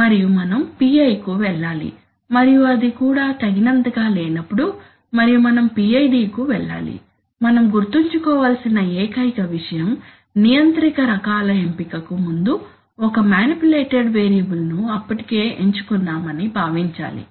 మరియు మనం PI కు వెళ్ళాలి మరియు అది కూడా తగినంతగా లేనప్పుడు మరియు మనం PID కు వెళ్ళాలి మనం గుర్తుంచుకోవలసిన ఏకైక విషయం నియంత్రిక రకాల ఎంపికకు ముందు ఒక మానిప్యులేటెడ్ వేరియబుల్ ను అప్పటికే ఎంచుకున్నామని భావించాలి